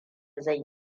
zan